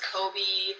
Kobe